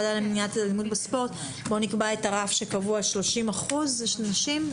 ועדה למניעת אלימות בספורט - בואו נקבע את הרף הקבוע של 30% נשים.